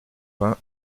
vingt